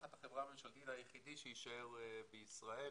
תחת החברה הממשלתית היחידי שיישאר בישראל